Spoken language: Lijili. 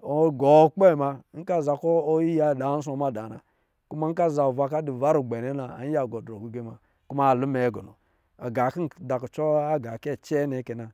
wɔ gɔ kpɛ muna nkɔ̄ a za kɔ̄ yiya da nsɔ̄ mada na, kuma nkɔ̄ a zaa ova nwan kɔ̄ a dɔ̄ va ragbɛ nnɛ na ayiya gɔ drɔ gigɛ muna kuma a lumɛ gɔn, gan kɔ̄ nda kucɔ agakɛ cɛɛ nnɛ kɛ na.